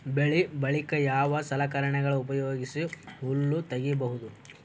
ಬೆಳಿ ಬಳಿಕ ಯಾವ ಸಲಕರಣೆಗಳ ಉಪಯೋಗಿಸಿ ಹುಲ್ಲ ತಗಿಬಹುದು?